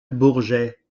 bourget